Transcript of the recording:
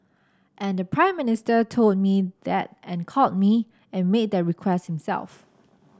and the Prime Minister told me that and called me and made that request himself